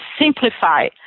simplify